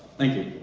thank you.